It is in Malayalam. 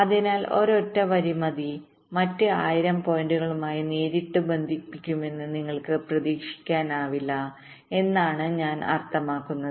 അതിനാൽ ഒരൊറ്റ വരി മറ്റ് ആയിരം പോയിന്റുകളുമായി നേരിട്ട് ബന്ധിപ്പിക്കുമെന്ന് നിങ്ങൾക്ക് പ്രതീക്ഷിക്കാനാവില്ല എന്നാണ് ഞാൻ അർത്ഥമാക്കുന്നത്